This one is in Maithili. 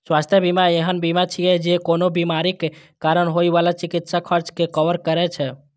स्वास्थ्य बीमा एहन बीमा छियै, जे कोनो बीमारीक कारण होइ बला चिकित्सा खर्च कें कवर करै छै